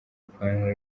ipantaro